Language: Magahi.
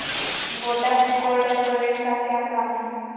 गोडम में कोल्ड स्टोरेज का क्या काम है?